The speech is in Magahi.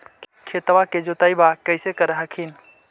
खेतबा के जोतय्बा कैसे कर हखिन?